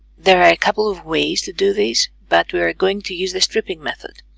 there are a couple of ways to do this, but we are going to use the stripping method.